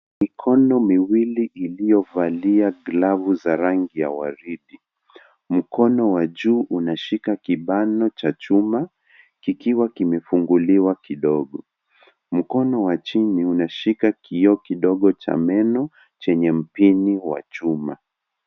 Mikono miwili iliyovalia glavu za rangi ya waridi. Mkono wa juu unashika kibano cha chuma kikiwa kimefunguliwa kidogo. Mkono wa chini unashika kioo kidogo cha meno chenye mpini wa chuma.